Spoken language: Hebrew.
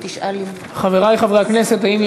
תודה רבה, אדוני.